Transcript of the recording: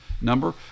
number